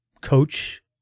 coach